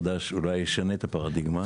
חדש אולי ישנה את הפרדיגמה.